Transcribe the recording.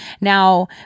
Now